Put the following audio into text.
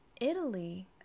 Italy